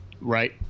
Right